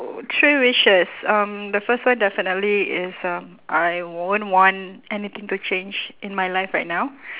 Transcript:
three wishes um the first one definitely is um I won't want anything to change in my life right now